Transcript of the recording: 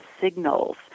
signals